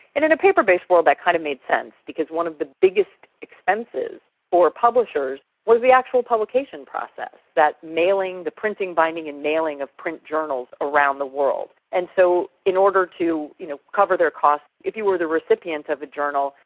and in a paper-based world that kind of made sense because one of the biggest expenses for publishers was the actual publication process, the printing, binding and mailing of print journals around the world. and so in order to you know cover their costs, if you were the recipient of a journal,